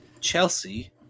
Chelsea